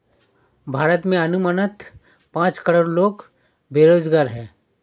भारत में अनुमानतः पांच करोड़ लोग बेरोज़गार है